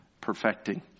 perfecting